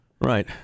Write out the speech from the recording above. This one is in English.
Right